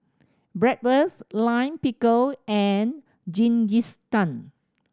Bratwurst Lime Pickle and Jingisukan